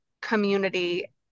community